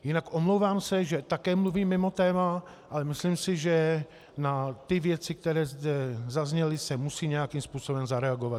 Jinak se omlouvám, že také mluvím mimo téma, ale myslím si, že na ty věci, které zde zazněly, se musí nějakým způsobem zareagovat.